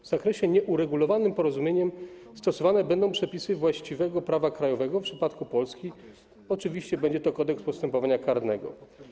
W zakresie nieuregulowanym porozumieniem stosowane będą przepisy właściwego prawa krajowego, w przypadku Polski oczywiście będzie to Kodeks postępowania karnego.